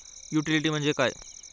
Utility म्हणजे काय?